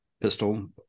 pistol